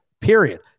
period